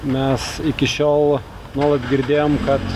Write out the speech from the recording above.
mes iki šiol nuolat girdėjom kad